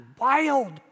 wild